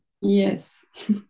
Yes